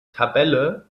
tabelle